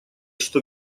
что